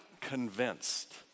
convinced